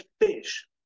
fish